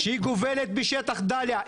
שהיא גובלת בשטח דאליה.